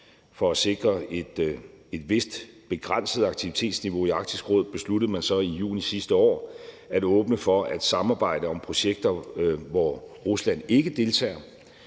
For at sikre et vist begrænset aktivitetsniveau i Arktisk Råd besluttede man så i juni sidste år at åbne for at samarbejde om projekter, hvor Rusland ikke deltager.